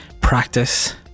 practice